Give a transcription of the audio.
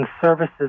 services